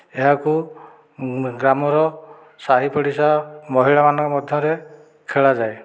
ଏହାକୁ ଗ୍ରାମର ସାହି ପଡ଼ିଶା ମହିଳାମାନଙ୍କ ମଧ୍ୟରେ ଖେଳା ଯାଏ